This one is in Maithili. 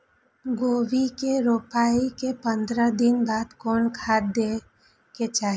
गोभी के रोपाई के पंद्रह दिन बाद कोन खाद दे के चाही?